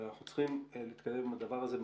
אבל אנחנו צריכים להתקדם עם הדבר הזה.